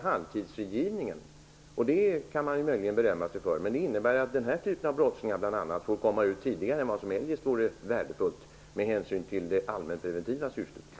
halvtidsfrigivningen, och det kan de möjligen berömma sig för, men det innebär att bl.a. den här typen av brottslingar får komma ut tidigare än vad som eljest vore värdefullt med hänsyn till det allmänpreventiva syftet.